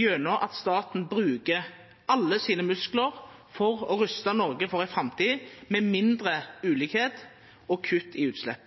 gjennom at staten brukar alle sine musklar for å rusta Noreg for ei framtid med mindre ulikskap og kutt i utslepp.